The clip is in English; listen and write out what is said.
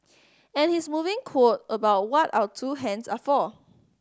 and his moving quote about what our two hands are for